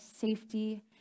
safety